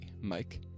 Mike